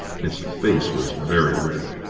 his face was very red.